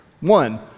One